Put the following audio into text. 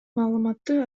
маалыматты